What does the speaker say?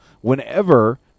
whenever